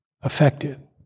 affected